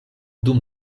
dum